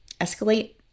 escalate